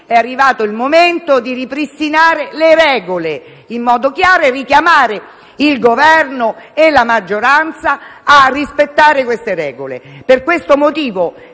è arrivato il momento di ripristinare le regole in modo chiaro e richiamare il Governo e la maggioranza a rispettare tali regole. Per questo motivo,